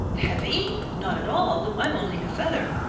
heavy? not at all. i'm only a feather.